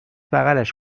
بغلش